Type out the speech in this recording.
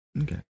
Okay